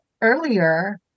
earlier